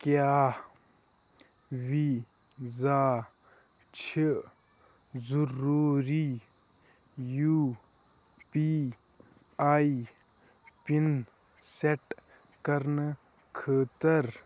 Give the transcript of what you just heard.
کیٛاہ ویٖزا چھِ ضروٗری U P I PIN set کَرنہٕ خٲطر